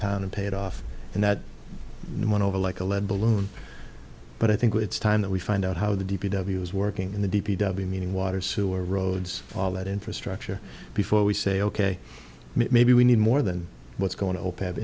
town and pay it off and that went over like a lead balloon but i think it's time that we find out how the d p w is working in the d p w meaning water sewer roads all that infrastructure before we say ok maybe we need more than what's going to open up